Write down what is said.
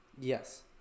Yes